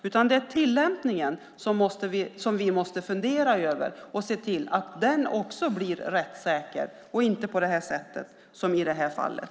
Det är tillämpningen som vi måste fundera över och se till att den också blir rättssäker och inte på det sätt som den varit i det här fallet.